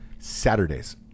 Saturdays